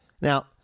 Now